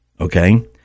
Okay